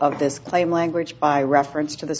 of this claim language by reference to the